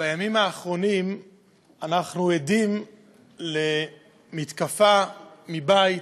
בימים האחרונים אנחנו עדים למתקפה מבית,